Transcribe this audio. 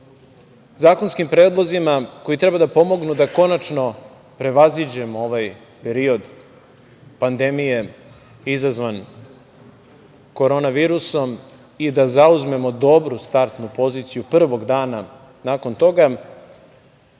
zakonskim predlozima koji treba da pomognu da konačno prevaziđemo ovaj period pandemije izazvan korona virusom i da zauzmemo dobru startnu poziciju prvog dana nakon toga,